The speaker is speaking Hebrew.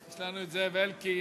יש לנו את זאב אלקין,